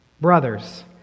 Brothers